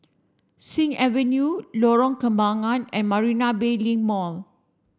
Sing Avenue Lorong Kembangan and Marina Bay Link Mall